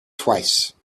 twice